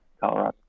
Colorado